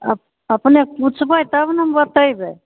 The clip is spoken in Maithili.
अप अपने पूछबै तब ने हम बतेबै